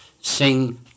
sing